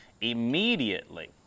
Immediately